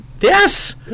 Yes